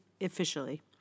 officially